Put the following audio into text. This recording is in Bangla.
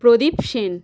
প্রদীপ সেন